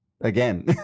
Again